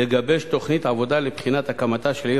לגבש תוכנית עבודה לבחינת הקמתה של עיר